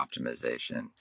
optimization